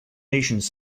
nations